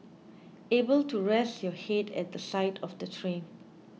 able to rest your head at the side of the train